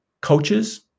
coaches